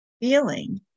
feeling